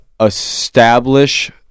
establish